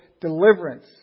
deliverance